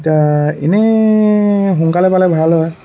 এতিয়া এনেই সোনকালে পালে ভাল হয়